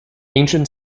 ancient